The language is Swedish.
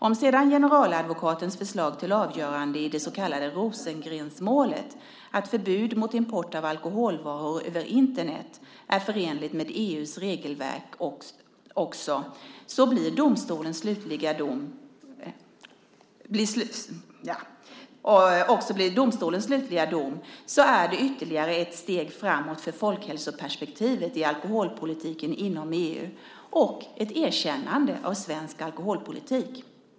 Om sedan generaladvokatens förslag till avgörande i det så kallade Rosengrenmålet, att förbud mot import av alkoholvaror över Internet är förenligt med EU:s regelverk, också blir domstolens slutliga dom är det ytterligare ett steg framåt för folkhälsoperspektivet i alkoholpolitiken inom EU och ett erkännande av svensk alkoholpolitik.